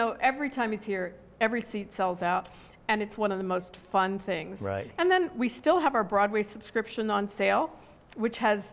know every time you hear every see sells out and it's one of the most fun things right and then we still have our broadway subscription on sale which has